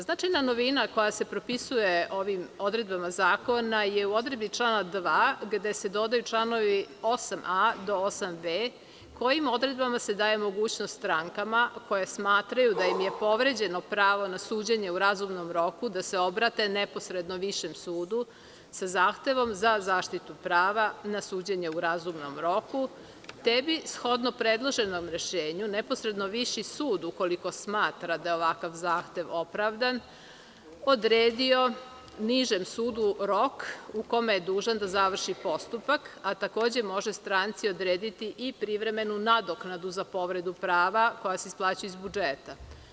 Značajna novina koja se propisuje ovim odredbama zakona je u odredbi člana 2. gde se dodaju članovi 8a do 8b, kojim odredbama se daje mogućnost strankama koje smatraju da im je povređeno pravo na suđenje u razumnom roku da se obrate neposrednom višem sudu sa zahtevom za zaštitu prava na suđenje u razumnom roku, te bi shodno predloženom rešenju neposredno viši sud, ukoliko smatra da je ovakav zahtev opravdan, odredio nižem sudu rok u kome je dužan da završi postupak, a takođe može stranci odrediti i privremenu nadoknadu za povredu prava koja se isplaćuje iz budžeta.